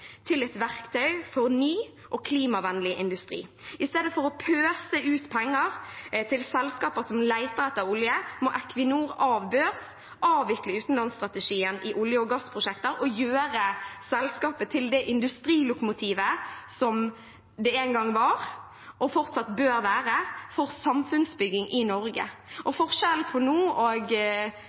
til et verktøy for ny og klimavennlig industri. I stedet for å pøse ut penger til selskaper som leter etter olje, må Equinor av børs, avvikle utenlandsstrategien i olje- og gassprosjekter og gjøre selskapet til det industrilokomotivet som det engang var, og fortsatt bør være, for samfunnsbygging i Norge. Forskjellen på nå og lykkelandet på slutten av 1960- og